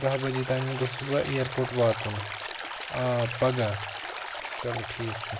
دَہ بَجہِ تام گوٚژھُس بہٕ ایرپوٹ واتُن آ پَگاہ چَلوٗ ٹھیٖک چھُ